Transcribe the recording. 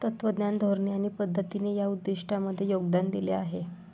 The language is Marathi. तत्त्वज्ञान, धोरणे आणि पद्धतींनी या उद्दिष्टांमध्ये योगदान दिले आहे